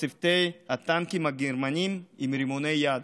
צוותי הטנקים הגרמניים עם רימוני יד,